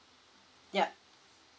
yup